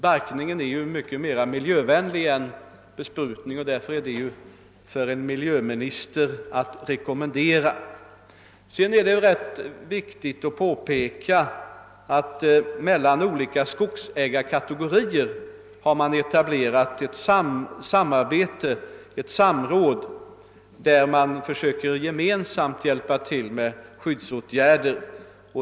Barkning är mycket mer miljövänlig än besprutning, och den är därför från en miljöministers synpunkt att rekommendera. Det är också ganska viktigt att påpeka att ett samråd har etablerats mellan olika skogsägarkategorier för att gemensamt hjälpa till med att vidta skyddsåtgärder.